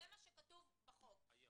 זה מה שכתוב בחוק היום.